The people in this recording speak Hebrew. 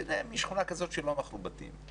שזה משכונה כזאת שלא מכרו בתים,